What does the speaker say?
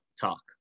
talk